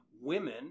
Women